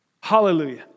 Hallelujah